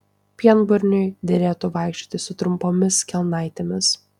pienburniui derėtų vaikščioti su trumpomis kelnaitėmis